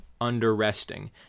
under-resting